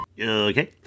Okay